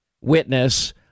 witness